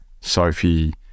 Sophie